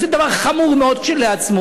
שזה דבר חמור מאוד כשלעצמו,